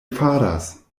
faras